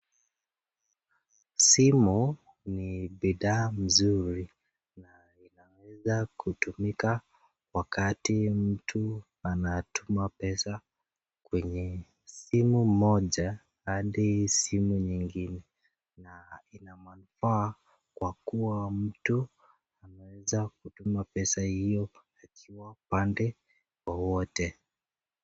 Simu ni bidhaa mzuri na inaweza kutumika wakati mtu anatuma pesa kwenye simu moja adi simu nyingine na ina manufaa kwa kuwa mtu anaweza kutuma pesa hiyo akiwa upande wowote.